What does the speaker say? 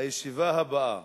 הישיבה הבאה